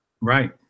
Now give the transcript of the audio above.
Right